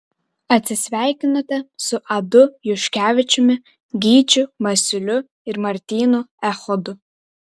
atsisveikinote su adu juškevičiumi gyčiu masiuliu ir martynu echodu